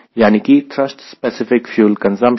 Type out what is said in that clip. यानी कि thrust specific fuel consumption